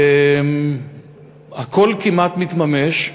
שהכול כמעט מתממש,